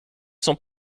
sont